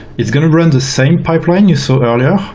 it's going to run the same pipeline you saw earlier,